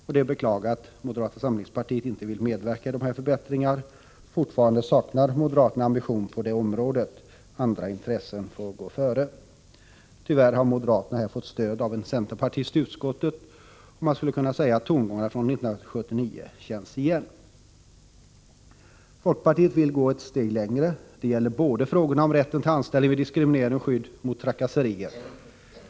Det är att beklaga att moderata samlingspartiet inte vill medverka i dessa förbättringar. Fortfarande saknar moderaterna ambition på detta område. Andra intressen får gå före. Tyvärr får moderaterna här stöd av en centerpartist i utskottet, och man skulle kunna säga att tongångarna från 1979 känns igen. Folkpartiet vill gå ett steg längre. Det gäller både rätten till anställning vid diskriminering och skydd mot trakasserier.